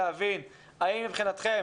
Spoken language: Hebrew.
להבין האם מבחינתכם